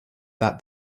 that